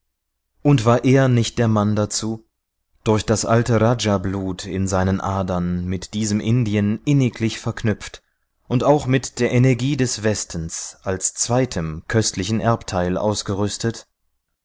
und war er nicht der mann dazu durch das alte rajablut in seinen adern mit diesem indien inniglich verknüpft und auch mit der energie des westens als zweitem köstlichen erbteil ausgerüstet